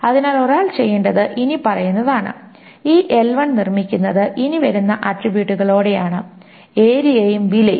അതിനാൽ ഒരാൾ ചെയ്യേണ്ടത് ഇനി പറയുന്നതാണ് ഈ L1 നിർമ്മിക്കുന്നത് ഇനി വരുന്ന ആട്രിബ്യൂട്ടുകളോടെയാണ് ഏരിയയും വിലയും